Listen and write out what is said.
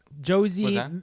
Josie